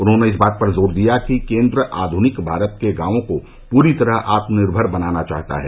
उन्होंने इस बात पर जोर दिया कि केन्द्र आध्निक भारत के गांवों को पूरी तरह आत्मनिर्भर बनाना चाहता है